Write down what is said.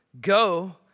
Go